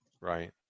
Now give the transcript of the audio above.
right